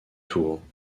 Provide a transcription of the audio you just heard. tours